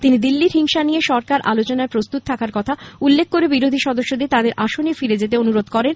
তিনি দিল্লির হিংসা নিয়ে সরকার আলোচনায় প্রস্তুত থাকার কথা উল্লেখ করে বিরোধী সদস্যদের তাঁদের আসনে ফিরে যেতে অনুরোধ করেন